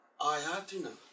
Ayatina